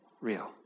real